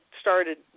started